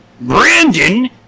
Brandon